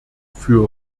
für